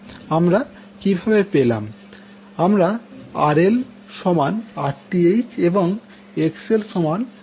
আমরা RL Rth এবং XL Xth বসাব